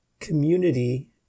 Community